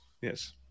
Yes